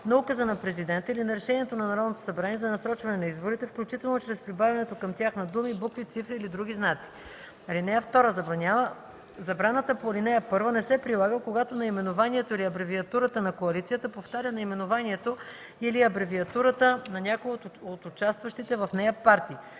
на указа на президента или на решението на Народното събрание за насрочване на изборите, включително чрез прибавянето към тях на думи, букви, цифри или други знаци. (2) Забраната по ал. 1 не се прилага, когато наименованието или абревиатурата на коалицията повтаря наименованието или абревиатурата на някоя от участващите в нея партии.